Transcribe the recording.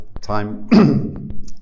time